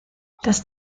das